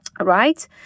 right